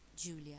Julia